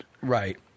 Right